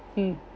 mm